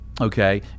Okay